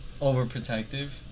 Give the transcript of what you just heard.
overprotective